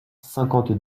cinquante